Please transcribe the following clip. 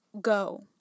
go